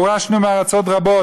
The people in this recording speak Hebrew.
גורשנו מארצות רבות,